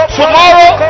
tomorrow